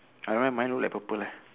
i don't know mine look like purple leh